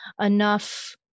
enough